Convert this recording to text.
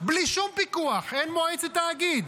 ששידורי האקטואליה בתאגיד